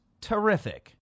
Terrific